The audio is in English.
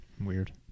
Weird